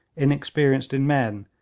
inexperienced in men,